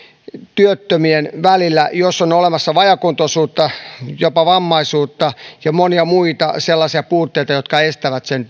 työttömien välillä jos on olemassa vajaakuntoisuutta jopa vammaisuutta ja monia muita sellaisia puutteita jotka estävät sen